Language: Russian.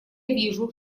вижу